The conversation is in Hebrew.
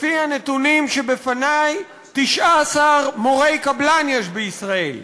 לפי הנתונים שבפני, 19,000 מורי קבלן יש בישראל,